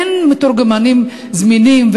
אין מתורגמנים זמינים,